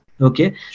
okay